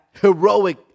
heroic